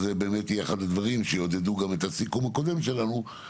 אז זה באמת יהיה אחד הדברים שיעודדו גם את הסיכום הקודם שלנו,